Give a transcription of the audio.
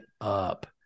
up